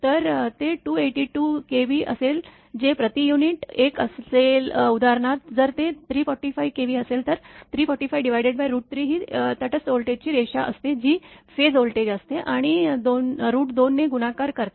तर ते 282 kV असेल जे प्रति युनिट 1 असेल उदाहरणार्थ जर ते 345 kV असेल तर3453 ही तटस्थ व्होल्टेजची रेषा असते जी फेज व्होल्टेज असते आणि 2 ने गुणाकार करते